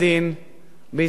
בעסקאות כשרות,